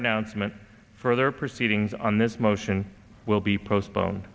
announcement further proceedings on this motion will be postpone